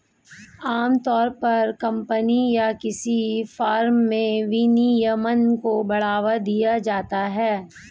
आमतौर पर कम्पनी या किसी फर्म में विनियमन को बढ़ावा दिया जाता है